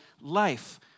life